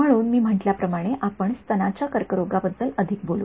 म्हणून मी म्हटल्या प्रमाणे आपण स्तनाच्या कर्करोगाबद्दल अधिक बोलू